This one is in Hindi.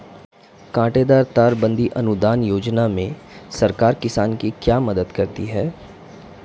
कांटेदार तार बंदी अनुदान योजना में सरकार किसान की क्या मदद करती है?